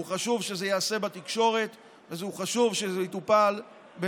חשוב שזה ייעשה בתקשורת,